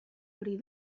hori